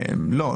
לא.